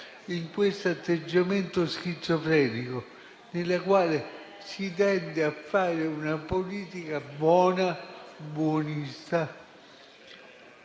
di questo atteggiamento schizofrenico, nel quale si tende a fare una politica buona e buonista,